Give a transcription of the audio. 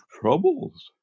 troubles